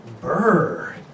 Burr